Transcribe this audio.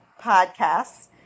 podcasts